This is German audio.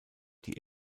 die